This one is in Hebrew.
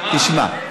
תשמע,